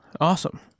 awesome